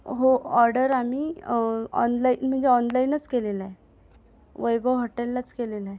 हो ऑर्डर आम्ही ऑनलाईन म्हणजे ऑनलाईनच केलेलं आहे वैभव हॉटेललाच केलेलं आहे